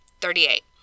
Thirty-eight